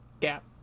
gap